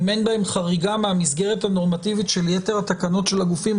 אם אין בהן חריגה מהמסגרת הנורמטיבית של יתר התקנות של הגופים,